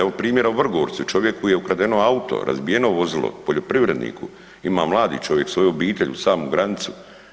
Evo primjera u Vrgorcu, čovjeku je ukradeno auto, razbijeno vozilo poljoprivredniku, ima mladi čovjek svoju obitelj uz samu granicu.